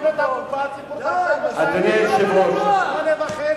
לי שום בעיה עם זה.